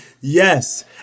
Yes